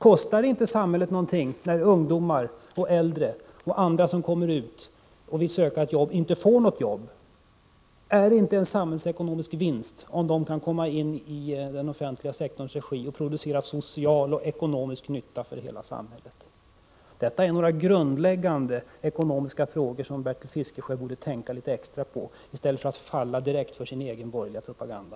Kostar det inte samhället någonting när ungdomar, äldre och andra som går ut och söker jobb inte får något jobb? Är det inte en samhällsekonomisk vinst om de kan komma in i den offentliga sektorns regi och producera social och ekonomisk nytta för hela samhället? Detta är några grundläggande ekonomiska frågor som Bertil Fiskesjö borde tänka litet extra på i stället för att falla direkt för sin egen borgerliga propaganda.